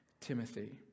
Timothy